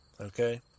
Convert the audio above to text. Okay